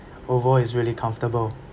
overall is really comfortable